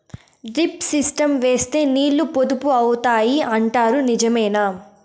Drip system వేస్తే నీళ్లు పొదుపు అవుతాయి అంటారు నిజమేనా?